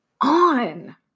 on